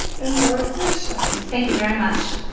and more efficient. thank you very much.